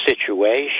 situation